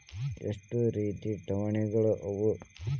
ಎಷ್ಟ ರೇತಿ ಠೇವಣಿಗಳ ಅವ?